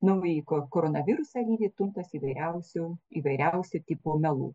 naująjį ko koronavirusą lydi tuntas įvairiausių įvairiausio tipo melų